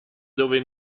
dove